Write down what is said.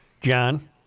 John